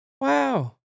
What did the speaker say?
Wow